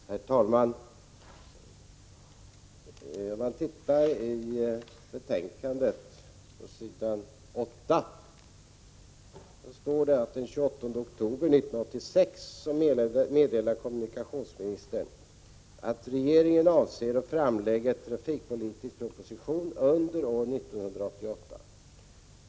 Herr talman! På s. 8 i betänkandet står: ”Den 28 oktober 1986 meddelade kommunikationsministern att regeringen avser att framlägga en trafikpolitisk proposition under år 1988.